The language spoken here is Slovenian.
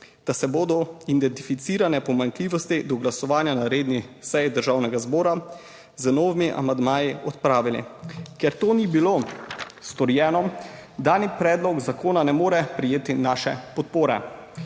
da se bodo identificirane pomanjkljivosti do glasovanja na redni seji Državnega zbora z novimi amandmaji odpravili. Ker to ni bilo storjeno, dani predlog zakona ne more prejeti naše podpore.